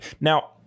Now